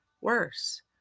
worse